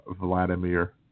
vladimir